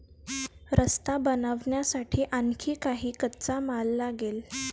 रस्ता बनवण्यासाठी आणखी काही कच्चा माल लागेल